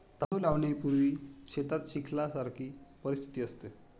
तांदूळ लावणीपूर्वी शेतात चिखलासारखी परिस्थिती असते